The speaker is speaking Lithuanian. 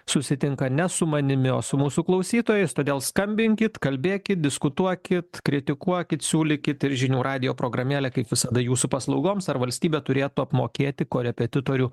susitinka ne su manimi o su mūsų klausytojais todėl skambinkit kalbėkit diskutuokit kritikuokit siūlykit ir žinių radijo programėlė kaip visada jūsų paslaugoms ar valstybė turėtų apmokėti korepetitorių